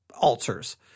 altars